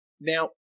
Now